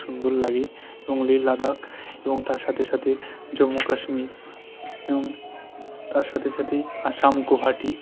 খুব সুন্দর লাগে এবং লে লাদাখ এবং তার সাথে সাথে জম্মু কাশ্মীর এবং তার সাথে সাথেই আসাম গৌহাটি